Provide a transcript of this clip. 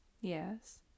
yes